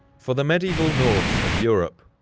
for the medieval norse of europe,